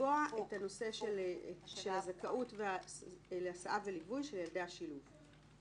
לקבוע את נושא הזכות להסעה וליווי של ילדי השילוב.